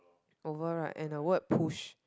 oval right and the word push